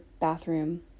bathroom